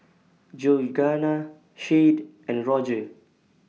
Georganna Shade and Rodger